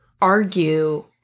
argue